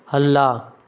ಅಲ್ಲ